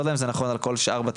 אני לא יודע אם זה נכון לגבי שאר בתי